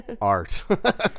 Art